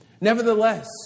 Nevertheless